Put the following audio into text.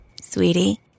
Sweetie